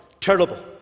terrible